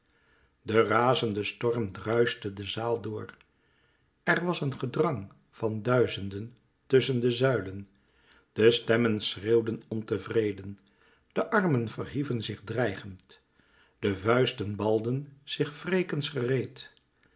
de razende storm druischte de zaal door er was een gedrang van duizenden tusschen de zuilen de stemmen schreeuwden ontevreden de armen verhieven zich dreigend de vuisten balden zich wrekens gereed